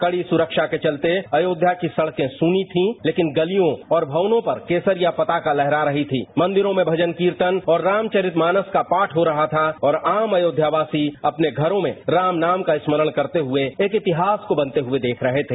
कडी सुरक्षा के चलते अयोध्या की सडके सुनी थीं लेकिन गलियां और मवनों पर केसरिया पताका लहरा रही थी मंदिरों में मजन कीर्तन और रामचरितमानस का पाठ हो रहा था और आम अयोध्यावासी अपने घरों में राम नाम का स्मरण करते हुए एक इतिहास को बनते हुए देख रहे थे